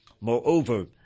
Moreover